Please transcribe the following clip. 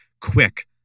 quick